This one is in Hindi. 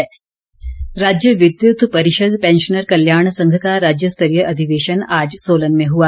पैंशनर राज्य विद्युत परिषद पैंशनर कल्याण संघ का राज्य स्तरीय अधिवेशन आज सोलन में हुआ